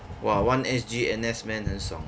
!wah! one S_G N_S men 很爽